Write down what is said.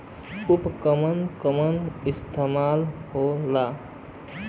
उव केमन केमन इस्तेमाल हो ला?